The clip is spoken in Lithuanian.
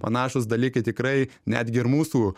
panašūs dalykai tikrai netgi ir mūsų